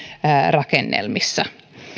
rakennelmissa